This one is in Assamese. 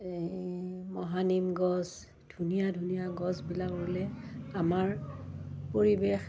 এই মহানিম গছ ধুনীয়া ধুনীয়া গছবিলাক ৰুলে আমাৰ পৰিৱেশ